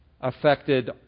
affected